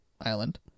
Island